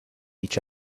each